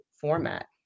format